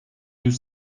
yüz